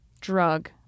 drug